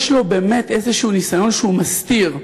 יש לו באמת איזשהו ניסיון שהוא מסתיר,